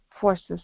forces